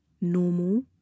normal